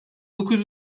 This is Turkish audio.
dokuz